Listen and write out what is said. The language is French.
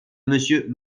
monsieur